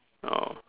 oh